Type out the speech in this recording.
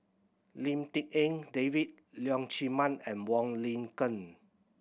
Lim Tik En David Leong Chee Mun and Wong Lin Ken